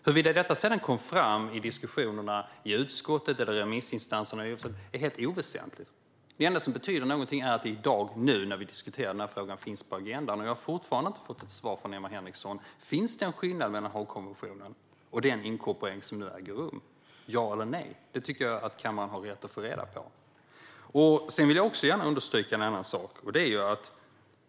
Huruvida detta kom fram i diskussionerna i utskottet eller remissinstanserna är oväsentligt. Det enda som betyder något är att det nu, här i dag, finns på agendan, och jag fick inget svar från Emma Henriksson: Finns det en skillnad mellan Haagkonventionen och den inkorporering som nu äger rum? Ja eller nej? Det tycker jag att kammaren har rätt att få reda på. Låt mig också understryka en annan sak.